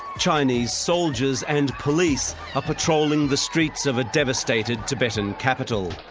chinese soldiers and police are patrolling the streets of a devastated tibetan capital.